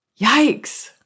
yikes